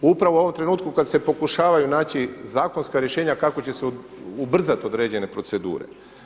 Upravo u ovom trenutku kada se pokušavaju naći zakonska rješenja kako će se ubrzati određene procedure.